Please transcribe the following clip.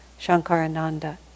Shankarananda